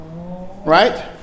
Right